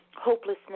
hopelessness